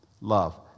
love